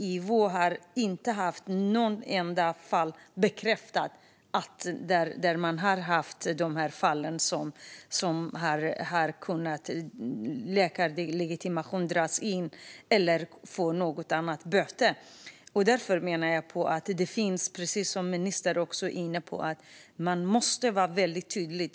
IVO har inte haft något enda bekräftat fall där läkarlegitimation dragits in eller böter utdömts. Därför menar jag att det gäller att vara väldigt tydlig, precis som ministern är inne på.